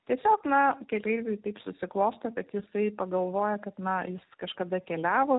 tiesiog na keleiviui taip susiklosto kad jisai pagalvoja kad na jis kažkada keliavo